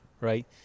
right